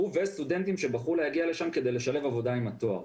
וסטודנטים שבחרו להגיע לשם כדי לשלב עבודה עם התואר.